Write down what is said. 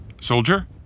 Soldier